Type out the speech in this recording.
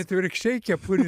atvirkščiai kepurė